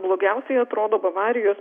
blogiausiai atrodo bavarijos